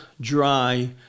dry